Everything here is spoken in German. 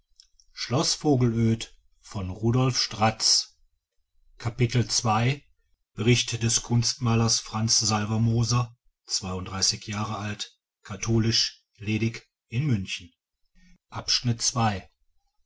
bericht des kunstmalers franz salvermoser zweiunddreißig jahre alt katholisch ledig in münchen